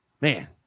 Man